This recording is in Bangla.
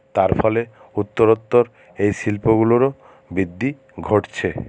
তার ফলে উত্তরোত্তর এই শিল্পগুলোরও বৃদ্ধি ঘটছে